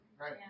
Right